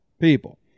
people